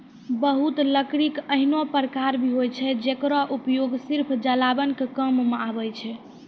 बहुत लकड़ी के ऐन्हों प्रकार भी छै जेकरो उपयोग सिर्फ जलावन के काम मॅ आवै छै